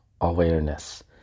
Awareness